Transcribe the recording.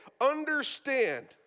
understand